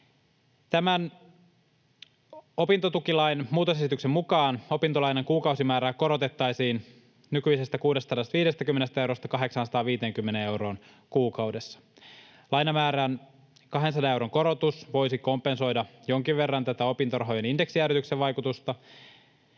Tämän opintotukilain muutosesityksen mukaan opintolainan kuukausimäärää korotettaisiin nykyisestä 650 eurosta 850 euroon kuukaudessa. Lainamäärän 200 euron korotus voisi kompensoida jonkin verran tätä opintorahojen indeksijäädytyksen vaikutusta.